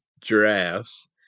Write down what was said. giraffes